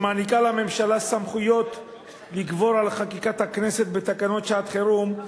שמעניקה לממשלה סמכויות לגבור על חקיקת הכנסת בתקנות שעת חירום,